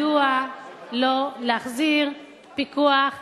מדוע לא להחזיר פיקוח על,